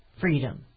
freedom